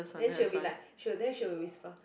then she will be like she'll there she'll whisper